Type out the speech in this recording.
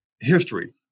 history